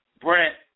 Brent